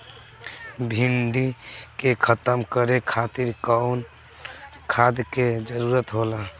डिभी के खत्म करे खातीर कउन खाद के जरूरत होला?